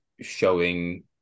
showing